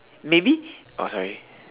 maybe oh sorry